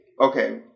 Okay